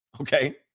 Okay